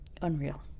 Unreal